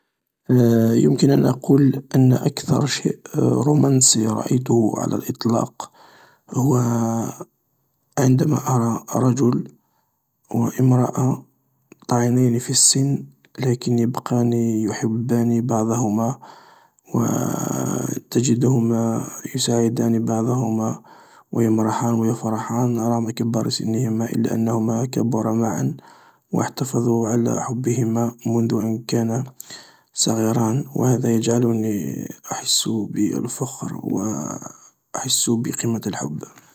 يمكن أن أقول ان أكثر شيء رمنسي رأيته على الإطلاق هو عندما أرى رجل و إمرأة طاعنين في السن لكن يبقان يحبان بعضهما و تجدهما يساعدان بعضهما ويمرحان و يفرحان رغم كبر سنهما إلا أنهما كبرا معا و إحتفظو على حبهما منذ أن كانت صغيران و هذا يجعلني أحس بالفخر و أحس بقيمة الحب.